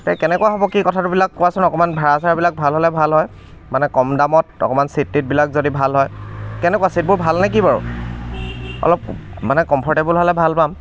এতিয়া কেনেকুৱা হ'ব কি কথাটোবিলাক কোৱাচোন অকমান ভাড়া চাৰাবিলাক ভাল হ'লে ভাল হয় মানে কম দামত অকমান চীট টীটবিলাক যদি ভাল হয় কেনেকুৱা চীটবোৰ ভালনে কি বাৰু অলপ মানে কম্ফ'ৰ্টেবল হ'লে ভাল পাম